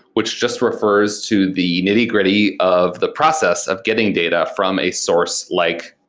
which just refers to the nitty-gritty of the process of getting data from a source like,